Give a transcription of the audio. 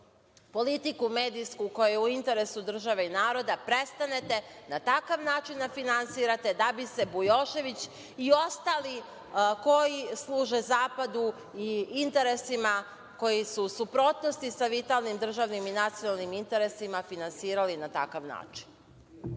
politiku medijsku koja je u interesu države i naroda, prestanete na takav način da finansirate da bi se Bujošević i ostali, koji služe zapadu i interesima koji su u suprotnosti sa vitalnim državnim i nacionalnim interesima, finansirali na takav način.